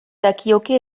dakioke